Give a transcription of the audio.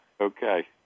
Okay